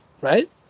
Right